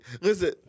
Listen